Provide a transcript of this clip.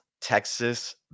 Texas